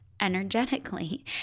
energetically